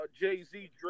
Jay-Z